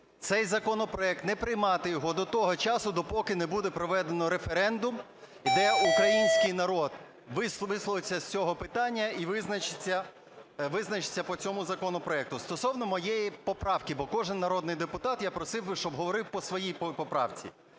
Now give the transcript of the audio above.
цей законопроект, не приймати його до того часу, допоки не буде проведено референдум, де український народ висловиться з цього питання і визначиться, визначиться по цьому законопроекту. Стосовно моєї поправки. Бо кожен народний депутат, я просив би, щоб говорив по своїй поправці.